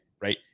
right